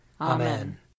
Amen